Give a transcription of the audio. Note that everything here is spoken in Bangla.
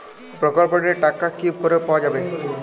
প্রকল্পটি র টাকা কি করে পাওয়া যাবে?